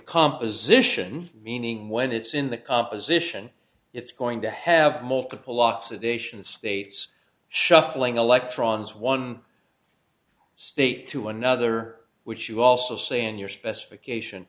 composition meaning when it's in the composition it's going to have multiple oxidation states shuffling electrons one state to another which you also say in your specification